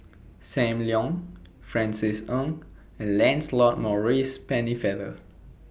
SAM Leong Francis Ng and Lancelot Maurice Pennefather